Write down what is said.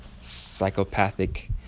psychopathic